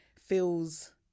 feels